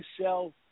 sell